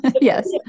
Yes